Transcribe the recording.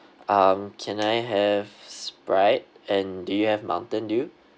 um can I have sprite and do you have mountain dew